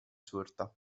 sorta